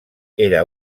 era